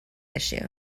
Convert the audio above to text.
issue